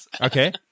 Okay